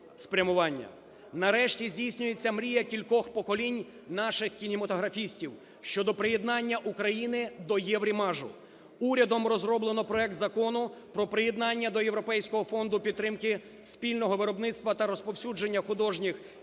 спрямування. Нарешті здійснюється мрія кількох поколінь наших кінематографістів щодо приєднання України до "Єврімажу". Урядом розроблено проект Закону про приєднання до європейського фонду підтримки спільного виробництва та розповсюдження художніх